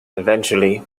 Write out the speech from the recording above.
eventually